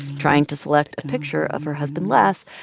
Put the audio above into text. trying to select a picture of her husband, les,